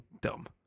Dumb